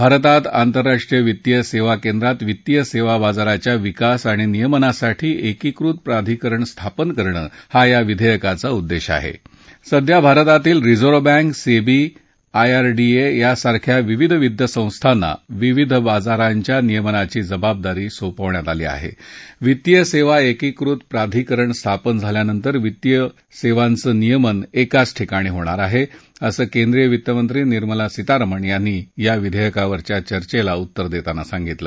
भारतात आंतराष्ट्रीय वित्तीय सद्यी केंद्रात वित्तीय सद्यी बाजाराच्या विकास आणि नियमनासाठी एकीकृत प्राधिकरण स्थापन करणं हा या विध्यक्राचा उद्दष्टीआहा संध्या भारतातील रिझर्व्ह बँक सहीी आयआरडीए यांसारख्या विविध वित्त संस्थांना विविध बाजारांच्या नियमनाची जबाबदारी सोपवण्यात आली आहा वित्तीय सक्तीएकीकृत प्राधिकरण स्थापन झाल्यानंतर विविध वित्तीय सद्यावं नियमन एकाच ठिकाणी होईल असं केंद्रीय वित्तमंत्री निर्मला सीतारामन यांनी या विधक्कावरच्या चर्चेला उत्तर दक्षिमा सांगितलं